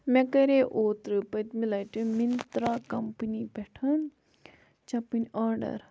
مےٚ کَرے اوترٕ پٔتمہِ لَٹہِ مِنترٛا کَمپٔنی پٮ۪ٹھ چَپٕنۍ آرڈَر